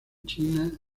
china